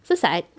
sesat